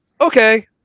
Okay